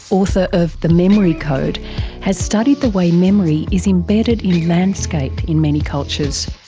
author of the memory code has studied the way memory is embedded in landscape in many cultures.